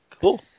Cool